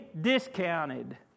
discounted